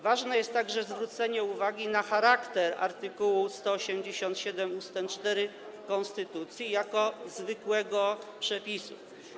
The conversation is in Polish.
Ważne jest także zwrócenie uwagi na charakter art. 187 ust. 4 konstytucji jako zwykłego przepisu.